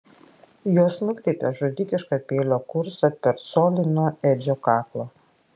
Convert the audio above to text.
jos nukreipė žudikišką peilio kursą per colį nuo edžio kaklo